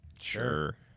Sure